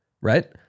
right